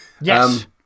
Yes